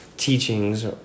teachings